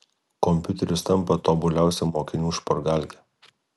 kompiuteris tampa tobuliausia mokinių špargalke